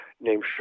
named